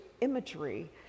imagery